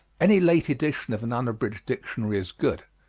any late edition of an unabridged dictionary is good,